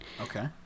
okay